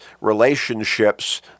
relationships